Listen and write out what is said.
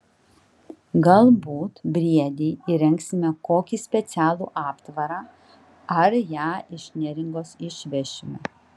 galbūt briedei įrengsime kokį specialų aptvarą ar ją iš neringos išvešime